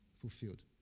fulfilled